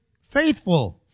faithful